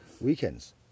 weekends